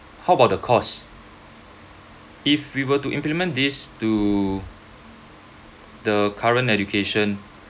how about the costs if we were to implement these to the current education